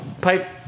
pipe